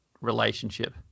relationship